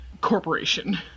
corporation